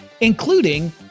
including